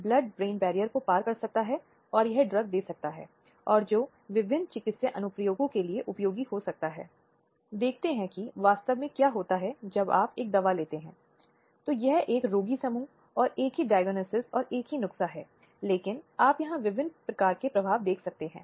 इसलिए 2013 का अधिनियम बलात्कार के एक मामले में इस शब्द को परिभाषित करने के लिए गया है और परिभाषा विशेष रूप से बताती है कि जब सहमति की बात की जाती है तो यह केवल सक्रिय सहमति को संदर्भित करता है